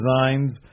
Designs